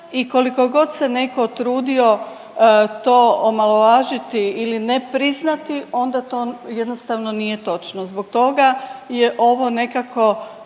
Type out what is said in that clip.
i koliko god se neko trudio to omalovažiti ili ne priznati onda to jednostavno nije točno. Zbog toga je ovo nekako